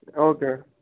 okay